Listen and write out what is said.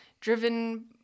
driven